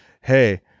Hey